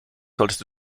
solltest